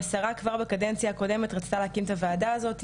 השרה כבר בקדנציה הקודמת רצתה להקים את הוועדה הזאת,